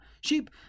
sheep